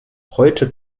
heute